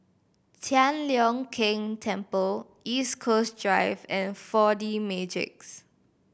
Tian Leong Keng Temple East Coast Drive and Four D Magix